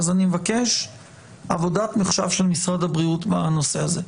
אני מבקש עבודת מחשבה של משרד הבריאות בנושא הזה.